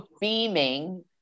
beaming